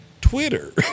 Twitter